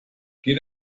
geht